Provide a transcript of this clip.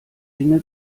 dinge